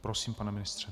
Prosím, pane ministře.